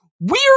weird